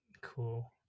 cool